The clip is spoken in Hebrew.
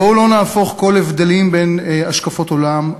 בואו לא נהפוך כל הבדלים בין השקפות עולם,